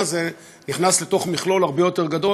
ה"קטן" הזה נכנס לתוך מכלול הרבה יותר גדול,